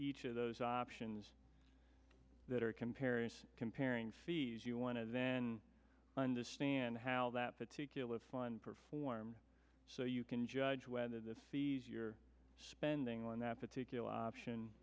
each of those options that are comparing comparing fees you want to understand how that particular fund performed so you can judge whether the fees you're spending on that particular option